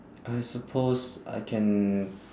I suppose I can